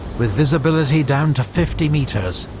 with visibility down to fifty metres,